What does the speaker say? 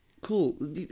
Cool